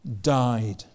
Died